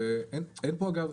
אגב,